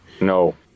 No